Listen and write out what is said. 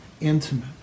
intimate